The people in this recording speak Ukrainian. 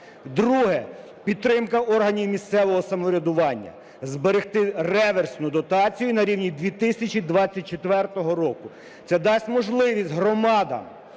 Друге. Підтримка органів місцевого самоврядування. Зберегти реверсну дотацію на рівні 2024 року. Це дасть можливість громадам